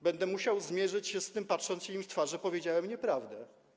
Będę musiał zmierzyć się z tym, patrząc im w oczy, że powiedziałem nieprawdę.